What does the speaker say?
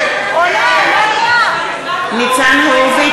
נגד אילן גילאון,